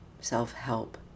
self-help